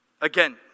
Again